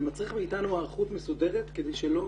זה מצריך מאתנו היערכות מסודרת כדי שלא